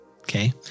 Okay